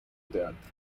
teatro